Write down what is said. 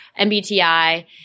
MBTI